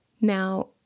Now